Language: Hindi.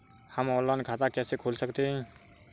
हम ऑनलाइन खाता कैसे खोल सकते हैं?